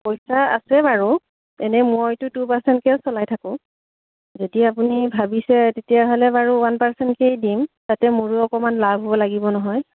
পইচা আছে বাৰু এনেই মইতো টু পাৰ্চেণ্টকে চলাই থাকোঁ যদি আপুনি ভাবিছে তেতিয়াহ'লে বাৰু ওৱান পাৰ্চেণ্টকেই দিম তাতে মোৰো অকমান লাভ হ'ব লাগিব নহয়